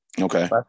Okay